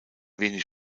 wenig